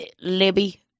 Libby